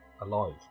alive